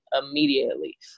immediately